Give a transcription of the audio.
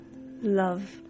Love